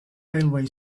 railway